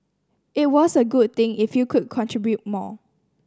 it was a good thing if you could contribute more